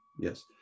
Yes